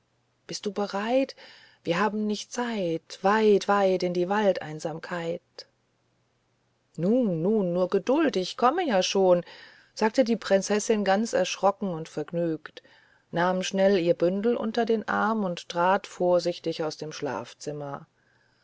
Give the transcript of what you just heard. bist du bereit wir haben nicht zeit weit weit in die waldeinsamkeit nun nun nur geduld ich komm ja schon sagte die prinzessin ganz erschrocken und vergnügt nahm schnell ihr bündel unter den arm und trat vorsichtig aus dem schlafzimmer